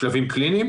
בשלבים קליניים